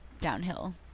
downhill